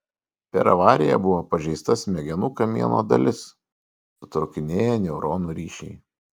per avariją buvo pažeista smegenų kamieno dalis sutrūkinėję neuronų ryšiai